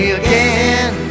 again